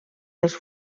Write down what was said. dels